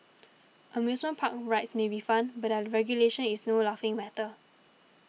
amusement park rides may be fun but their regulation is no laughing matter